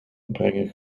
brengen